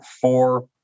four